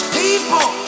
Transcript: people